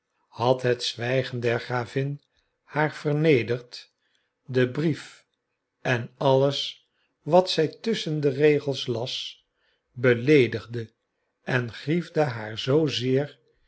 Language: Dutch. had het zwijgen der gravin haar vernederd de brief en alles wat zij tusschen de regels las beleedigde en griefde haar zoo